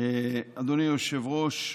אדוני היושב-ראש,